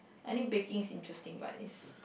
I think baking is interesting but is